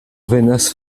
venas